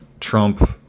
trump